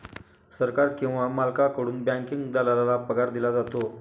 सरकार किंवा मालकाकडून बँकिंग दलालाला पगार दिला जातो